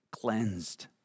cleansed